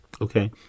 Okay